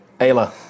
Ayla